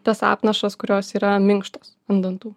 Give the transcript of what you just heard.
tas apnašas kurios yra minkštos ant dantų